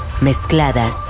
mezcladas